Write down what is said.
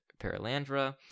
Paralandra